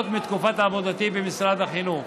עוד מתקופת עבודתי במשרד החינוך.